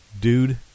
Dude